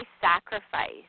sacrifice